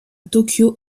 tokyo